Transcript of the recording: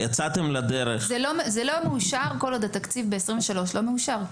לא מאושר כל עוד התקציב ב-2023 לא מאושר.